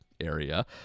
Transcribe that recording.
area